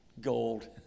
gold